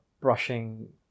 brushing